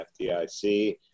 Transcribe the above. FDIC